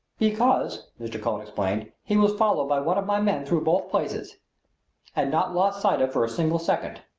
because, mr. cullen explained, he was followed by one of my men through both places and not lost sight of for a single second.